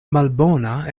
malbona